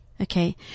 Okay